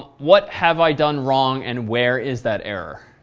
what have i done wrong and where is that error?